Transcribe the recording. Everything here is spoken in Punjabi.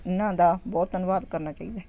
ਇਹਨਾਂ ਦਾ ਬਹੁਤ ਧੰਨਵਾਦ ਕਰਨਾ ਚਾਹੀਦਾ